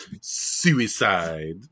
suicide